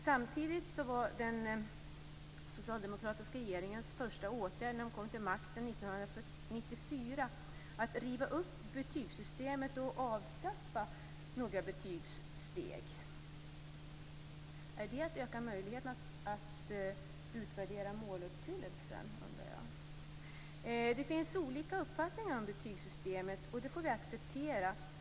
Samtidigt var den socialdemokratiska regeringens första åtgärd, när den kom till makten 1994, att riva upp betygssystemet och avskaffa några betygssteg. Är det att öka möjligheten att utvärdera måluppfyllelsen, undrar jag. Det finns olika uppfattningar om betygssystemet, och det får vi acceptera.